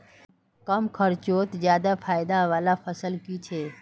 कम खर्चोत ज्यादा फायदा वाला फसल की छे?